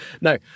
No